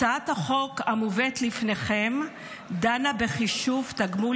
הצעת החוק המובאת לפניכם דנה בחישוב תגמול